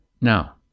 Now